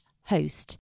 host